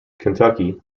kentucky